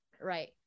right